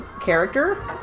character